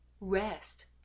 rest